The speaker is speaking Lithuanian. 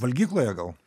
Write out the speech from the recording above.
valgykloje gal